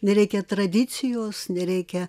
nereikia tradicijos nereikia